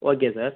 okay sir